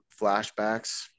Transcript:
flashbacks